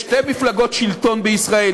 יש שתי מפלגות שלטון בישראל,